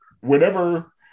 Whenever